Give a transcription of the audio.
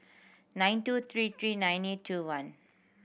nine two three three nine eight two one